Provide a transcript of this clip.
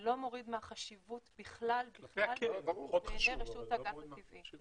בכלל לא מורידה מהחשיבות בעיני רשות הגז הטבעי.